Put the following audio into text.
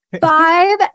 Five